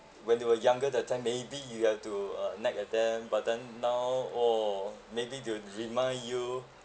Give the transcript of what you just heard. when they were younger that time maybe you have to uh nag at them but then now oh maybe they'll remind you